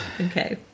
Okay